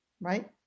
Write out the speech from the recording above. right